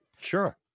Sure